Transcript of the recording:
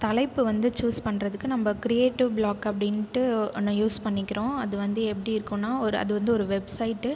தலைப்பு வந்து சூஸ் பண்ணுறதுக்கு நம்ம கிரியேடிவ் ப்ளாக் அப்படின்டு ஒன்று யூஸ் பண்ணிக்கிறோம் அது வந்து எப்படி இருக்குன்னா ஒரு அது வந்து ஒரு வெப்சைட்டு